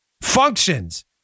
functions